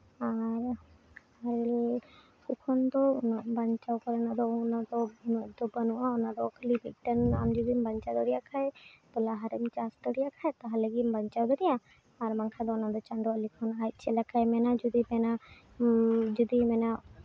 ᱟᱨ ᱟᱨᱮᱞ ᱠᱚ ᱠᱷᱚᱱ ᱫᱚ ᱩᱱᱟᱹᱜ ᱵᱟᱧᱪᱟᱣ ᱠᱚᱨᱮᱱᱟᱜ ᱫᱚ ᱚᱱᱟᱫᱚ ᱩᱱᱟᱹᱜ ᱫᱚ ᱵᱟᱹᱱᱩᱜᱼᱟ ᱚᱱᱟᱫᱚ ᱠᱷᱟᱹᱞᱤ ᱢᱤᱫᱴᱮᱱ ᱟᱢ ᱡᱩᱫᱤᱢ ᱵᱟᱧᱪᱟᱣ ᱫᱟᱲᱮᱭᱟᱜ ᱠᱷᱟᱡ ᱛᱚ ᱞᱟᱦᱟ ᱨᱮᱢ ᱪᱟᱥ ᱫᱟᱲᱮᱭᱟᱜ ᱠᱷᱟᱡ ᱛᱟᱦᱚᱞᱮ ᱜᱮᱢ ᱵᱟᱧᱪᱟᱣ ᱫᱟᱲᱮᱭᱟᱜᱼᱟ ᱟᱨ ᱵᱟᱝᱠᱷᱟᱱ ᱫᱚ ᱚᱱᱟᱫᱚ ᱪᱟᱸᱫᱳᱣᱟᱜ ᱞᱤᱠᱷᱚᱱ ᱟᱡ ᱪᱮᱫ ᱞᱮᱠᱟᱭ ᱢᱮᱱᱟ ᱡᱩᱫᱤ ᱢᱮᱱᱟ ᱡᱩᱫᱤᱭ ᱢᱮᱱᱟ